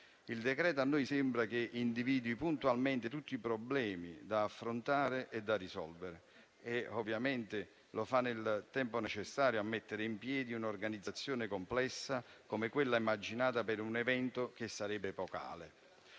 il provvedimento individui puntualmente tutti i problemi da affrontare e da risolvere e ovviamente lo fa nel tempo necessario a mettere in piedi un'organizzazione complessa come quella immaginata per un evento che sarebbe epocale.